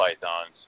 pythons